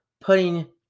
putting